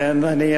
לכן אני,